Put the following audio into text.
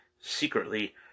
secretly